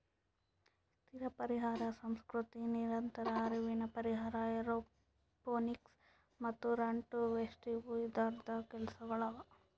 ಸ್ಥಿರ ಪರಿಹಾರ ಸಂಸ್ಕೃತಿ, ನಿರಂತರ ಹರಿವಿನ ಪರಿಹಾರ, ಏರೋಪೋನಿಕ್ಸ್ ಮತ್ತ ರನ್ ಟು ವೇಸ್ಟ್ ಇವು ಇದೂರ್ದು ಕೆಲಸಗೊಳ್ ಅವಾ